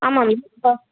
ஆமாம் மேம் இப்போ